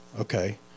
Okay